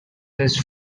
his